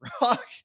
Rock